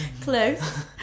Close